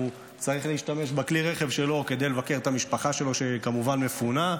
והוא צריך להשתמש בכלי הרכב שלו כדי לבקר את המשפחה שלו ,שכמובן מפונה,